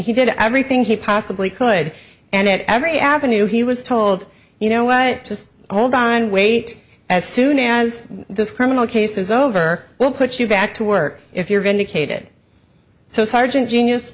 he did everything he possibly could and every avenue he was told you know i just hold on wait as soon as this criminal case is over we'll put you back to work if you're vindicated so sergeant genius